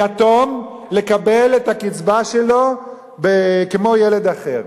יתום, לקבל את הקצבה שלו כמו ילד אחר,